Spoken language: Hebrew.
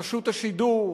רשות השידור,